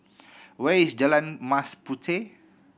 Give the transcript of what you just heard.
where is Jalan Mas Puteh